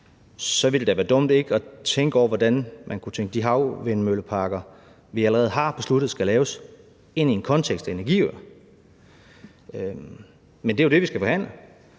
så ville det da være dumt ikke at tænke over, hvordan man kunne tænke de havvindmølleparker, vi allerede har besluttet skal laves, ind i en kontekst af energiøer. Men det er jo det, vi skal forhandle.